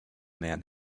man